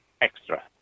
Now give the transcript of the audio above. extra